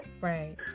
Right